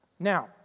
Now